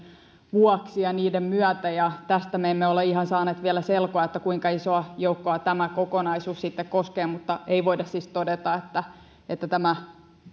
vuoksi ja niiden myötä tästä me emme ole ihan saaneet vielä selkoa kuinka isoa joukkoa tämä kokonaisuus sitten koskee mutta ei voida siis todeta että että tämä